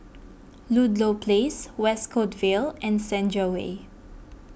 Ludlow Place West Coast Vale and Senja Way